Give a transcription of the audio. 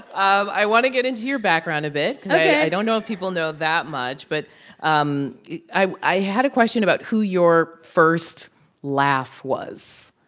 um i want to get into your background a bit cause. ok. i don't know if people know that much. but um i i had a question about who your first laugh was.